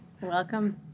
Welcome